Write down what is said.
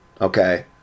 okay